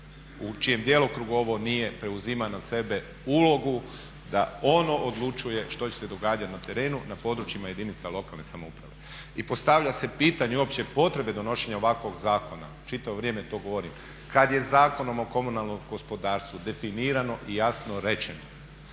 u čijem djelokrugu ovo nije preuzima na sebe ulogu da ono odlučuje što će se događati na terenu na područjima jedinica lokalne samouprave. I postavlja se pitanje uopće potrebe donošenje ovakvog zakona, čitavo vrijeme to govorim. Kad je Zakonom o komunalnom gospodarstvu definirano i jasno rečeno